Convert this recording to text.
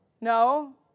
No